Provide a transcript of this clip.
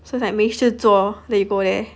so is like 没事做 then you go there